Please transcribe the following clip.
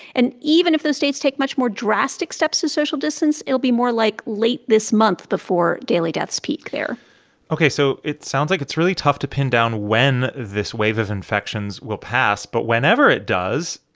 and even if those states take much more drastic steps to social distance, it'll be more like late this month before daily deaths peak there ok. so it sounds like it's really tough to pin down when this wave of infections will pass. but whenever it does,